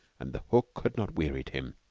and the hook had not wearied him.